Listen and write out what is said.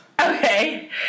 Okay